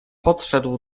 podszedł